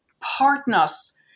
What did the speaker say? partners